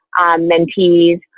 mentees